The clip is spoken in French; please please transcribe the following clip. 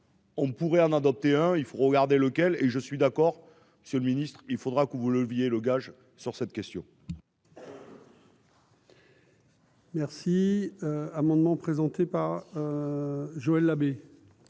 On pourrait en adopter, hein, il faut regarder, lequel et je suis d'accord sur le ministre, il faudra que vous leviez le gage sur cette question. Merci amendement présenté par Joël Labbé.